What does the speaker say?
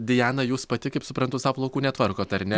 diana jūs pati kaip suprantu sau plaukų netvarkot ar ne